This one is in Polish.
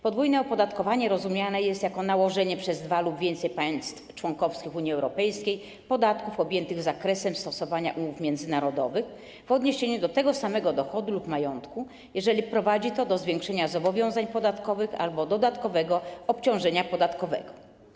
Podwójne opodatkowanie rozumiane jest jako nałożenie przez dwa państwa członkowskie Unii Europejskiej lub więcej takich państw podatków objętych zakresem stosowania umów międzynarodowych w odniesieniu do tego samego dochodu lub majątku, jeżeli prowadzi to do zwiększenia zobowiązań podatkowych albo dodatkowego obciążenia podatkowego.